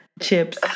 chips